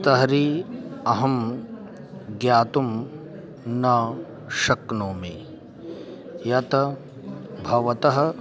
तर्हि अहं ज्ञातुं न शक्नोमि यत् भवतः